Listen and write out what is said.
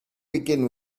begin